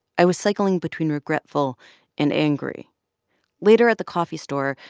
i was cycling between regretful and angry later at the coffee store,